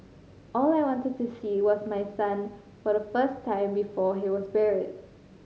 all I wanted to see was my son for the first time before he was buried